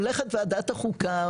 הולכת ועדת החוקה,